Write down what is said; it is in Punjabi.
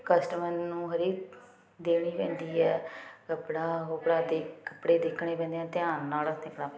ਕਸਟਮਰ ਨੂੰ ਹਰੇਕ ਦੇਣੀ ਪੈਂਦੀ ਹੈ ਕੱਪੜਾ ਹੋ ਗਿਆ ਅਤੇ ਕੱਪੜੇ ਦੇਖਣੇ ਪੈਂਦੇ ਆ ਧਿਆਨ ਨਾਲ